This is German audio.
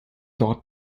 dort